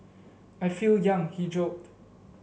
I feel young he joked